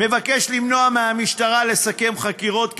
מבקש למנוע מהמשטרה לסכם חקירות,